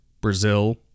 Brazil